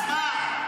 אז מה?